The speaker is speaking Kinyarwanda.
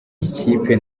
ikipe